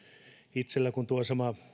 itsellä kun tuo